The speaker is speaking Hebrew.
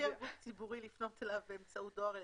"אפשר גוף ציבורי לפנות אליו באמצעות דואר אלקטרוני,